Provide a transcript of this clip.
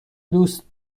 دوست